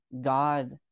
God